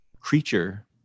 creature